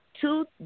two